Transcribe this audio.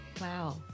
Wow